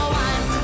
one